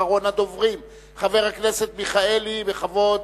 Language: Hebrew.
אחרון הדוברים, חבר הכנסת מיכאלי, בכבוד.